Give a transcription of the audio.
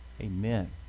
Amen